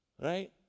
right